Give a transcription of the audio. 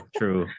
true